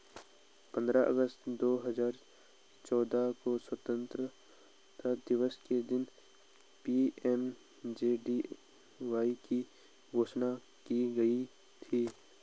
पंद्रह अगस्त दो हजार चौदह को स्वतंत्रता दिवस के दिन पी.एम.जे.डी.वाई की घोषणा की गई थी